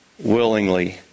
Willingly